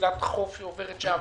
מסילת החוף שעוברת שם